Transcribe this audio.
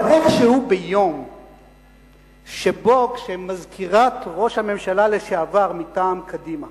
אבל איכשהו ביום שמזכירת ראש הממשלה לשעבר מטעם קדימה